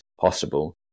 possible